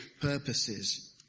purposes